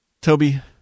Toby